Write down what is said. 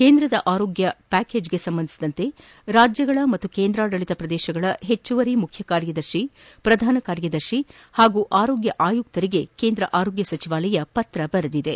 ಕೇಂದ್ರದ ಆರೋಗ್ನ ಪ್ಲಾಕೇಜ್ಗೆ ಸಂಬಂಧಿಸಿದಂತೆ ರಾಜ್ಯಗಳ ಹಾಗೂ ಕೇಂದ್ರಾಡಳಿತ ಪ್ರದೇಶಗಳ ಹೆಚ್ಚುವರಿ ಮುಖ್ಯ ಕಾರ್ಯದರ್ತಿ ಪ್ರಧಾನ ಕಾರ್ಯದರ್ತಿ ಹಾಗೂ ಆರೋಗ್ಯ ಆಯುಕ್ತರಿಗೆ ಕೇಂದ್ರ ಆರೋಗ್ಯ ಸಚಿವಾಲಯ ಪತ್ರ ಬರೆದಿದೆ